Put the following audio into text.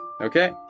Okay